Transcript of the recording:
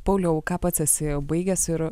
pauliau ką pats esi baigęs ir